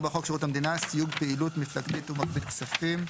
חוק שירות המדינה (סיוג פעילות מפלגתית ומגבית כספים),